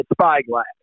Spyglass